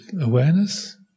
awareness